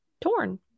Torn